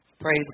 Praise